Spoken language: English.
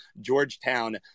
georgetown